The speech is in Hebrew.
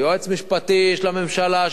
יועץ משפטי של הממשלה,